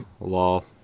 lol